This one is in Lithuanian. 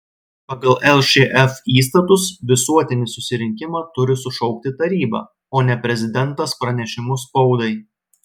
pagal lšf įstatus visuotinį susirinkimą turi sušaukti taryba o ne prezidentas pranešimu spaudai